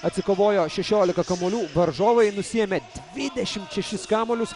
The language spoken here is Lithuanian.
atsikovojo šešiolika kamuolių varžovai nusiėmė dvidešim šešis kamuolius